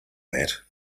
that